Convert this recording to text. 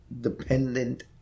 dependent